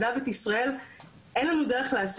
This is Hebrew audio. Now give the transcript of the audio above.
כלומר אם אני צריכה לאתר איזה שהוא עובד,